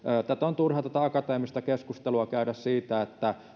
on turha käydä tätä akateemista keskustelua siitä